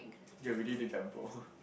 get ready to gamble